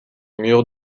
murs